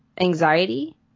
anxiety